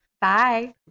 Bye